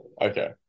Okay